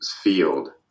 field